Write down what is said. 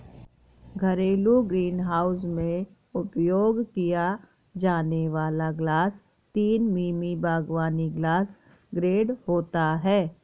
घरेलू ग्रीनहाउस में उपयोग किया जाने वाला ग्लास तीन मिमी बागवानी ग्लास ग्रेड होता है